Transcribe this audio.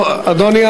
אדוני,